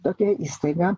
tokia įstaiga